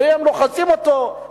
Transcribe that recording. הם לוחצים אותו.